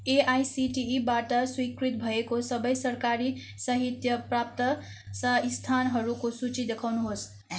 एआइसिटिईबाट स्वीकृत भएको सबै सरकारी साहित्य प्राप्त संस्थानहरूको सूची देखाउनुहोस्